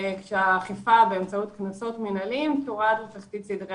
כשהאכיפה באמצעות קנסות מנהליים תורד לתחתית סדרי